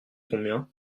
combien